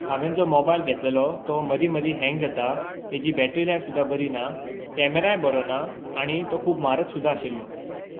हांवें जो मोबायल घेतलेलो तो मदीं मदीं हँग जाता तेजी बॅठरी लायफ सुद्दां बरी ना कॅमराय बरो ना आनी तो खूब म्हारग सुद्दां आशिल्लो